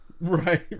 right